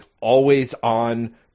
always-on